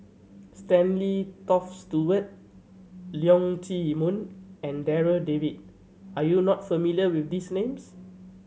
Stanley Toft Stewart Leong Chee Mun and Darryl David are you not familiar with these names